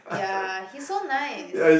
ya he's so nice